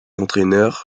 entraîneur